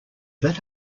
that